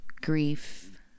grief